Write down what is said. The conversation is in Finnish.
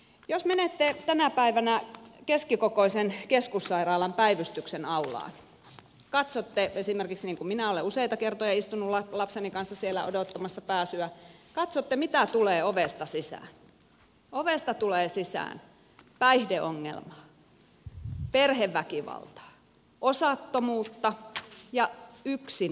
jos menette tänä päivänä keskikokoisen keskussairaalan päivystyksen aulaan niin kuin esimerkiksi minä olen useita kertoja istunut lapseni kanssa siellä odottamassa pääsyä katsotte mitä tulee ovesta sisään ovesta tulee sisään päihdeongelmaa perheväkivaltaa osattomuutta ja yksinäisyyttä